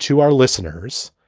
to our listeners.